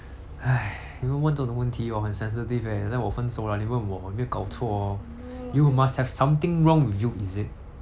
!hais! 你们问这种问题 hor 很 sensitive eh then 我分手了你问我你有没有搞错哦 you must have something wrong with you is it